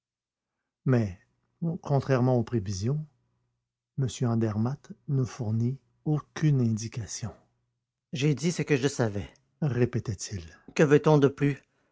mais contrairement aux prévisions m andermatt ne fournit aucune indication j'ai dit ce que je savais répétait-il que veut-on de plus